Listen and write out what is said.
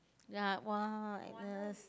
ya !wah! Agnes